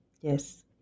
Yes